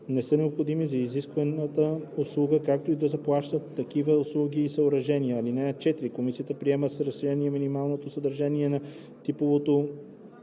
не са необходими за исканата услуга, както и да заплащат за такива услуги и съоръжения. (4) Комисията приема с решение минималното съдържание на типовото